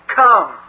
come